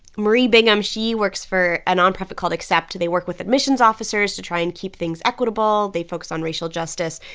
marie bigham, she works for a nonprofit called accept. they work with admissions officers to try and keep things equitable. they focus on racial justice.